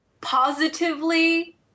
positively